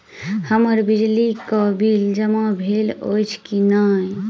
हम्मर बिजली कऽ बिल जमा भेल अछि की नहि?